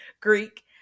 greek